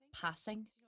passing